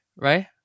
right